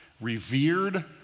revered